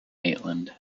maitland